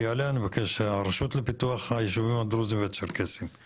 אני מבקש שתגידי לי את השמות ומה התפקידים שלהם,